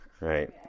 right